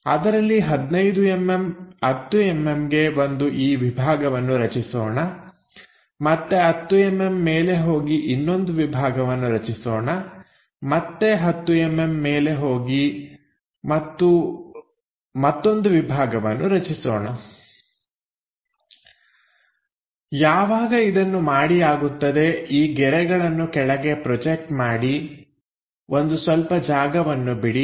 ಅದರಲ್ಲಿ 15mm 10mm ಗೆ ಒಂದು ಈ ವಿಭಾಗವನ್ನು ರಚಿಸೋಣ ಮತ್ತೆ 10mm ಮೇಲೆ ಹೋಗಿ ಇನ್ನೊಂದು ವಿಭಾಗವನ್ನು ರಚಿಸೋಣ ಮತ್ತೆ10mm ಮೇಲೆ ಹೋಗೋಣ ಮತ್ತು ಒಂದು ವಿಭಾಗವನ್ನು ರಚಿಸೋಣ ಯಾವಾಗ ಇದನ್ನು ಮಾಡಿ ಆಗುತ್ತದೆ ಈ ಗೆರೆಗಳನ್ನು ಕೆಳಗೆ ಪ್ರೊಜೆಕ್ಟ್ ಮಾಡಿ ಒಂದು ಸ್ವಲ್ಪ ಜಾಗವನ್ನು ಬಿಡಿ